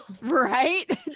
right